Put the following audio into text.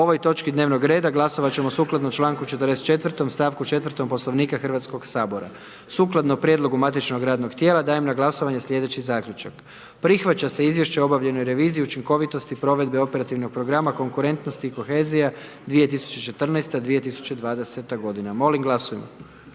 O ovoj točki dnevnog reda glasovati ćemo sukladno članku 44., stavku 4. Poslovnika Hrvatskoga sabora. Sukladno prijedlogu matičnog radnog tijela dajem na glasovanje sljedeći Zaključak. Prihvaća će izvješće ministra unutarnjih poslova o obavljanju policijskih poslova u 2017. godini. Utvrđujem